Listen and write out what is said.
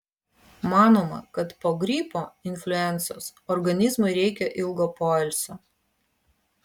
manoma kad po gripo influencos organizmui reikia ilgo poilsio